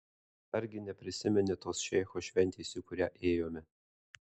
argi neprisimeni tos šeicho šventės į kurią ėjome